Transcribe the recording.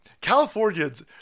californians